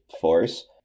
force